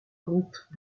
groupes